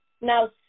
Now